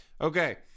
Okay